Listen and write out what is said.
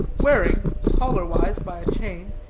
wearing, collar-wise by a chain,